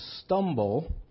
stumble